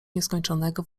nieskończonego